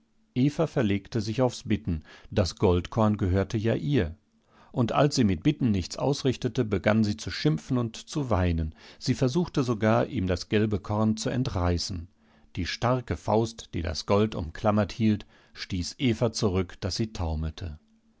eva verlegte sich aufs bitten das goldkorn gehörte ja ihr und als sie mit bitten nichts ausrichtete begann sie zu schimpfen und zu weinen sie versuchte sogar ihm das gelbe korn zu entreißen die starke faust die das gold umklammert hielt stieß eva zurück daß sie taumelte